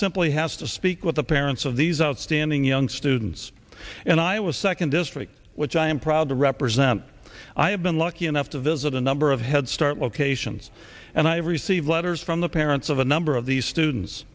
simply has to speak with the parents of these outstanding young students and i was second district which i am proud to represent i have been lucky enough to visit a number of head start locations and i have received letters from the parents of a number of these students